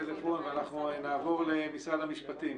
להתחבר ולכן נעבור למשרד המשפטים.